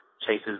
chases